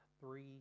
three